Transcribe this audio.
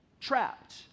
trapped